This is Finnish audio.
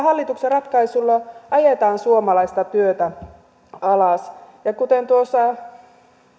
hallituksen ratkaisulla ajetaan suomalaista työtä alas ja kuten tuossa